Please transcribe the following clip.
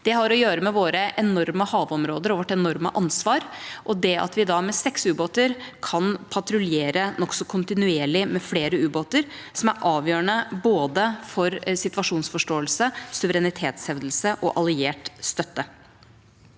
Det har å gjøre med våre enorme havområder og vårt enorme ansvar, og det at vi da med seks ubåter kan patruljere nokså kontinuerlig med flere ubåter, er avgjørende både for situasjonsforståelse, suverenitetshevdelse og alliert støtte.